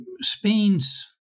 Spain's